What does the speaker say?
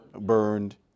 burned